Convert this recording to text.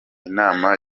inama